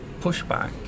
pushback